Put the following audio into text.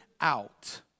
out